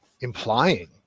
implying